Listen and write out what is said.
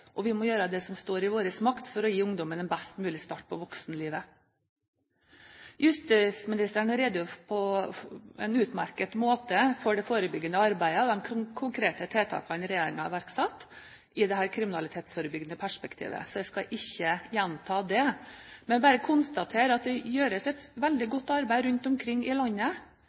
og vi må gjøre det som står i vår makt for å gi ungdommen en best mulig start på voksenlivet. Justisministeren redegjorde på en utmerket måte om det forebyggende arbeidet og de konkrete tiltakene regjeringen har iverksatt, i dette kriminalitetsforebyggende perspektivet. Jeg skal ikke gjenta det, men bare konstatere at det gjøres et veldig godt arbeid rundt omkring i landet.